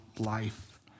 life